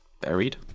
buried